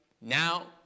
now